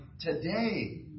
today